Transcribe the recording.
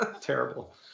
Terrible